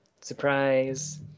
Surprise